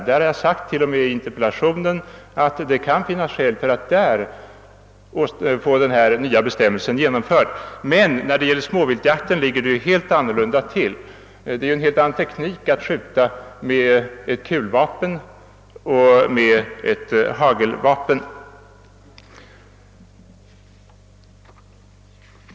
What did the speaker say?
Jag har t.o.m. sagt i interpellationen att det kan finnas skäl att därvidlag få denna nya bestämmelse genomförd. Men när det gäller småviltjakten ligger det annorlunda till. Det är helt olika teknik att skjuta med kulvapen och med hagelvapen.